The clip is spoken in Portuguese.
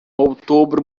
outubro